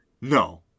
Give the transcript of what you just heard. no